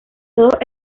todos